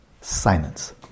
Silence